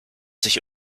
sich